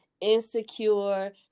insecure